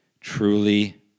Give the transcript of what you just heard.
truly